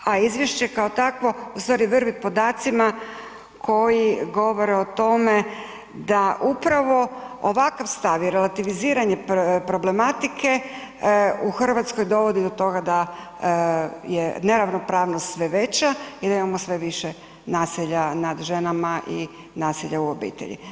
A Izvješće kao takvo ustvari vrvi podacima koji govore o tome da upravo ovakav stav je relativiziranje problematike u Hrvatskoj dovodi do toga da je neravnopravnost sve veća i da imamo sve više naselja nad ženama i nasilja u obitelji.